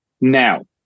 Now